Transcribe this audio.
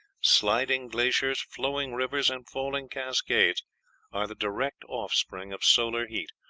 sliding glaciers, flowing rivers, and falling cascades are the direct offspring of solar heat.